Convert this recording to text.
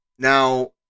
Now